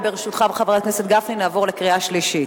ברשותך, חבר הכנסת גפני, נעבור לקריאה שלישית.